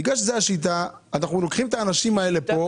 בגלל שזו השיטה אנחנו לוקחים את האנשים האלה פה,